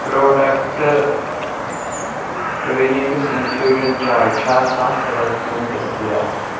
product twinings infusion چاے چھا ہتھ رۄپیَن دٔستِیاب